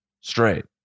straight